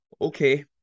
okay